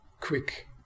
quick